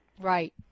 Right